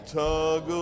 tug